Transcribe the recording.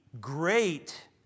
great